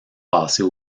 passée